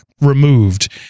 removed